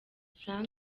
frank